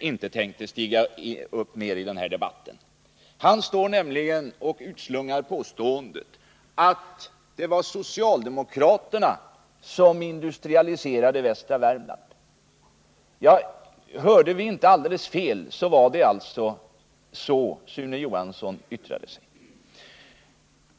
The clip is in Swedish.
inte tänkte stiga upp mera i den här debatten. Han utslungade nämligen påståendet att det var socialdemokraterna som industrialiserade västra Värmland. Hörde vi inte alldeles fel så var det så Sune Johanssson yttrade sig.